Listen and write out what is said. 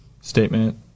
statement